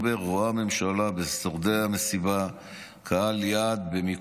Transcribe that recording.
רואה הממשלה בשורדי המסיבה קהל יעד במיקוד,